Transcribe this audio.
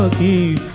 ah the